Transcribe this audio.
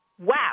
Wow